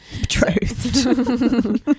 betrothed